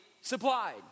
supplied